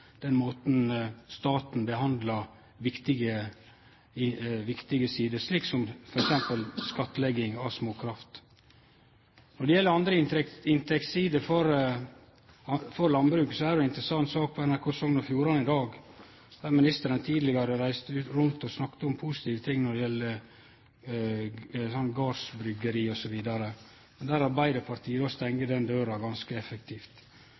staten behandlar viktige sider, slik som f.eks. skattlegging av småkraftverk. Når det gjeld andre inntektssider i landbruket, er det interessant det eg såg på NRK Sogn og Fjordane i dag. Der ministeren tidlegare reiste rundt og snakka positivt om